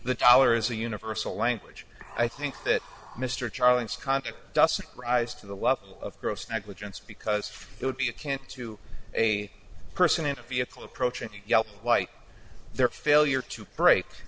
the dollar is a universal language i think that mr charlie's contract doesn't rise to the level of gross negligence because it would be a can to a person in a vehicle approaching yelp like their failure to brak